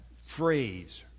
phrase